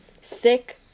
Sick